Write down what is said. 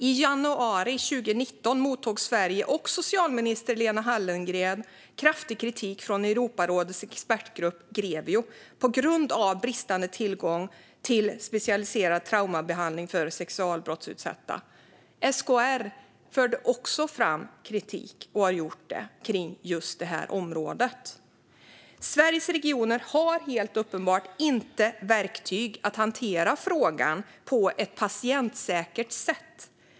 I januari 2019 mottog Sverige och socialminister Lena Hallengren kraftig kritik från Europarådets expertgrupp Grevio på grund av bristande tillgång till specialiserad traumabehandling för sexualbrottsutsatta. SKR har också fört fram kritik på just detta område. Sveriges regioner har helt uppenbart inte verktyg att hantera frågan på ett patientsäkert sätt.